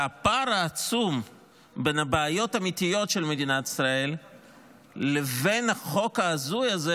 הפער העצום בין הבעיות האמיתיות של מדינת ישראל לבין החוק ההזוי הזה,